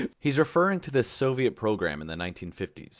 he's referring to the soviet program in the nineteen fifty s,